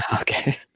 Okay